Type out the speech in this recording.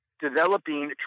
developing